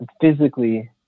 physically